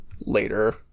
later